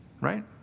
Right